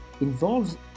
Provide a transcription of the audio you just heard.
involves